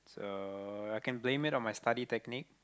so I can blame it on my study technique